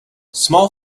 small